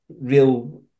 real